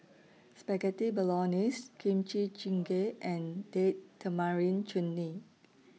Spaghetti Bolognese Kimchi Jjigae and Date Tamarind Chutney